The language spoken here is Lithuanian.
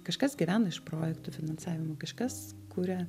kažkas gyvena iš projektų finansavimo kažkas kuria